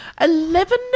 Eleven